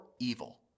evil